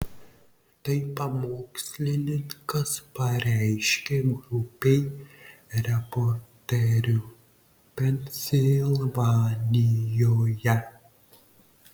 tai pamokslininkas pareiškė grupei reporterių pensilvanijoje